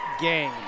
game